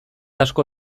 asko